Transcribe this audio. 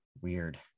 Weird